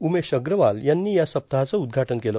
उमेश अग्रवाल यांनी या सप्ताहाचं उद्घाटन केलं